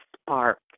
spark